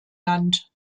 land